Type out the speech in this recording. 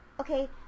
Okay